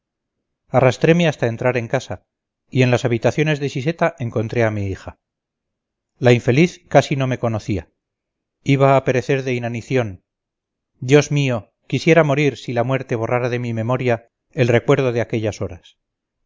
vida arrastréme hasta entrar en casa y en las habitaciones de siseta encontré a mi hija la infeliz casi no me conocía iba a perecer de inanición dios mío quisiera morir si la muerte borrara de mi memoria el recuerdo de aquellas horas